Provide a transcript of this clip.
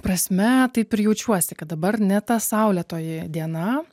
prasme taip ir jaučiuosi kad dabar ne ta saulėtoji diena